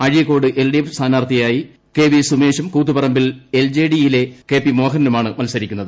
Azhikode L D F സ്ഥാനാർത്ഥിയായി K V സുമേഷും കൂത്തുപറമ്പിൽ എൽ ജെ ഡി യിലെ കെ പി മോഹനനുമാണ് മത്സരിക്കുന്നത്